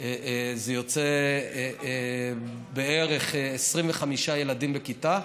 זה יוצא בערך 25 ילדים בכיתה.